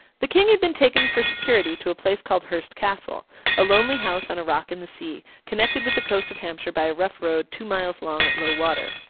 the king had been taken for security to a place called hurst castle a lonely house on a rock in the sea, connected with the coast of hampshire by a rough road two miles long at low water.